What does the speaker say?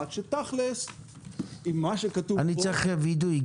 שתכלס עם מה שכתוב פה --- אני צריך וידוי.